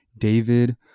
David